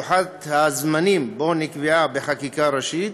שלוחות הזמנים בו נקבעו בחקיקה ראשית,